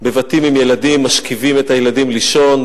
בבתים עם ילדים משכיבים את הילדים לישון.